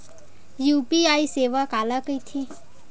UPI सेवा काला कइथे?